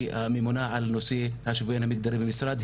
הממונה על נושא השיוויון המגדרי במשרד,